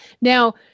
Now